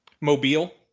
Mobile